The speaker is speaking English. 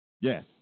Yes